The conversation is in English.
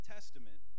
Testament